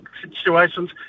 situations